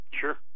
Sure